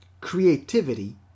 creativity